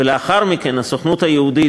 ולאחר מכן הסוכנות היהודית,